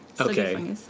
Okay